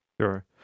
Sure